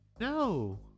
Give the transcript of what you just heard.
No